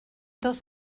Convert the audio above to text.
dels